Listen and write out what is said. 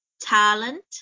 talent